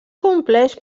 compleix